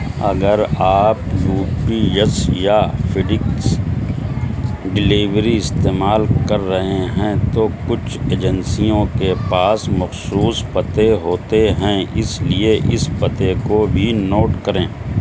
اگر آپ یو پی یس یا فیڈیکس ڈیلیوری استعمال کر رہے ہیں تو کچھ ایجنسیوں کے پاس مخصوص پتے ہوتے ہیں اس لیے اس پتے کو بھی نوٹ کریں